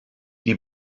die